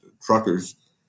truckers